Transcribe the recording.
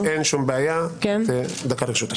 דקה לרשותך.